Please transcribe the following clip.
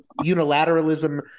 unilateralism